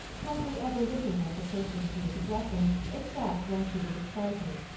hardly ever looking at the person she is addressing except when she is excited.